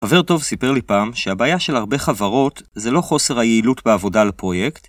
חבר טוב סיפר לי פעם שהבעיה של הרבה חברות זה לא חוסר היעילות בעבודה על פרויקט